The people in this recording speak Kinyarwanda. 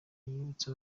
yibutse